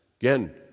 Again